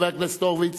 חבר הכנסת הורוביץ,